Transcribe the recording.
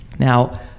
Now